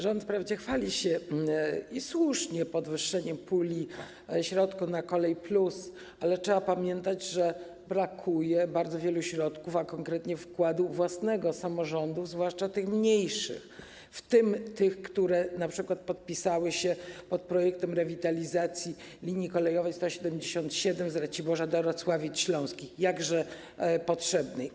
Rząd wprawdzie chwali się, i słusznie, podwyższeniem puli środków na Kolej+, ale trzeba pamiętać, że brakuje bardzo wielu środków, a konkretnie wkładu własnego samorządów, zwłaszcza tych mniejszych, w tym tych, które np. podpisały się pod projektem rewitalizacji linii kolejowej 177 z Raciborza do Racławic Śląskich, jakże potrzebnej.